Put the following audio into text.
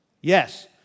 Yes